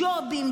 ג'ובים,